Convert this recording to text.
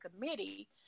Committee